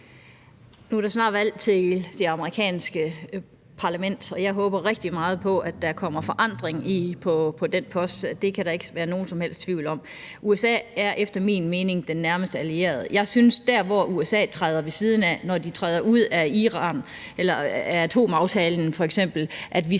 Nu er der snart valg til det amerikanske parlament, og jeg håber rigtig meget på, at der kommer forandring på den post; det kan der ikke være nogen som helst tvivl om. USA er efter min mening den nærmeste allierede. Jeg synes, at når USA træder ved siden af, f.eks. ved at træde ud af atomaftalen med Iran, skal